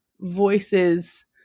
voices